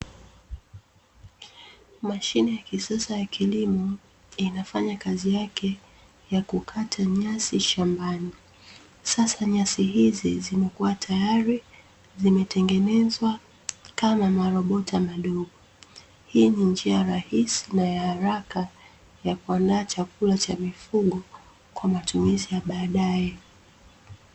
Mashine ya kisasa ya kilimo, inafanya kazi yake ya kukata nyasi shambani. Sasa nyasi hizi zimekuwa tayari. Zimetengenezwa kama marobota madogo. Hii ni njia rahisi na ya haraka ya kuandaa chakula cha mifugo, kwa matumizi ya baadae.